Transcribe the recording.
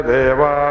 Deva